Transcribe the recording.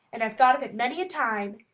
and i've thought of it many a time.